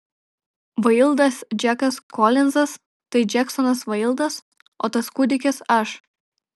vaildas džekas kolinzas tai džeksonas vaildas o tas kūdikis aš